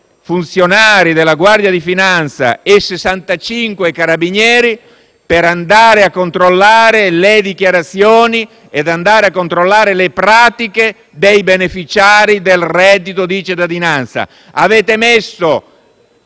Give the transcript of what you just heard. funzionari della Guardia di finanza e 65 carabinieri per andare a controllare le dichiarazioni e le pratiche dei beneficiari del reddito di cittadinanza. Avete messo